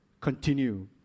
continue